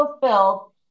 fulfilled